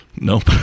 Nope